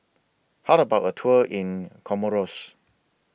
How about A Tour in Comoros